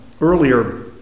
earlier